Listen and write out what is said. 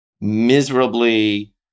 miserably